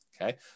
okay